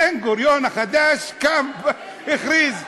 בן-גוריון החדש קם והכריז.